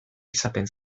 izaten